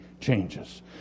changes